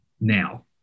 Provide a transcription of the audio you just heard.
now